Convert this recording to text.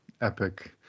epic